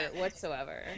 whatsoever